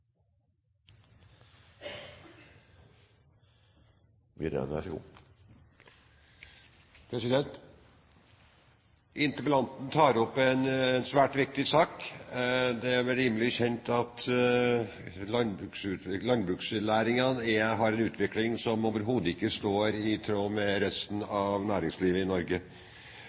Interpellanten tar opp en svært viktig sak. Det er vel rimelig kjent at landbruksnæringen har en utvikling som overhodet ikke er i tråd med resten av næringslivet i Norge.